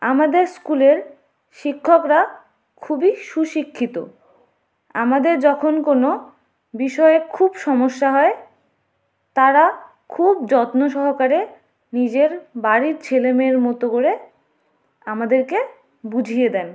আমাদের স্কুলের শিক্ষকরা খুবই সুশিক্ষিত আমাদের যখন কোনো বিষয়ে খুব সমস্যা হয় তাঁরা খুব যত্ন সহকারে নিজের বাড়ির ছেলে মেয়ের মতো করে আমাদেরকে বুঝিয়ে দেন